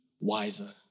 wiser